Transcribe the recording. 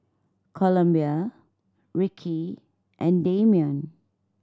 Columbia Rickie and Dameon